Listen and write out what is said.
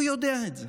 הוא יודע את זה.